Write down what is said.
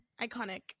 Iconic